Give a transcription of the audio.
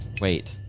Wait